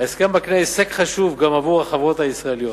ההסכם מקנה הישג חשוב גם עבור החברות הישראליות.